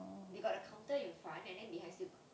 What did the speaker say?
they got a counter in front and then behind still got